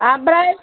ओमफ्राय